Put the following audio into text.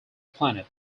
planet